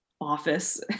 office